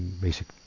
basic